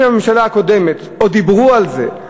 אם בממשלה הקודמת עוד דיברו על זה,